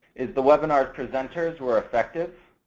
is the webinar presenters were effective?